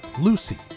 Lucy